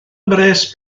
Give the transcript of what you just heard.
mhres